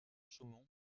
chaumont